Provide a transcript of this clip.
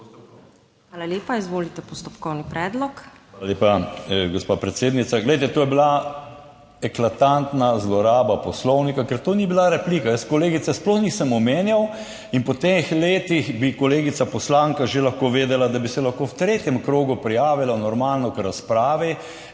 Hvala lepa. Izvolite, postopkovni predlog. JOŽEF HORVAT (PS NSi): Hvala lepa, gospa predsednica. Glejte, to je bila eklatantna zloraba Poslovnika, ker to ni bila replika. Jaz kolegice sploh nisem omenjal in po teh letih bi kolegica poslanka že lahko vedela, da bi se lahko v tretjem krogu prijavila, normalno, k razpravi